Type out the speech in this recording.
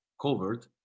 covered